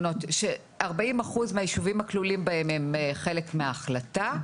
שארבעים אחוז מהישובים הכלולים בהן הן חלק מההחלטה,